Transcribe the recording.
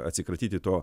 atsikratyti to